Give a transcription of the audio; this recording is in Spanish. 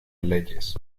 leyes